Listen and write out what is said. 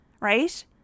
right